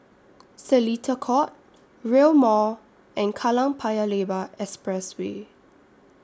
Seletar Court Rail Mall and Kallang Paya Lebar Expressway